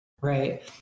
right